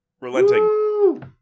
Relenting